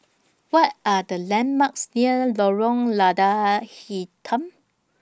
What Are The landmarks near Lorong Lada Hitam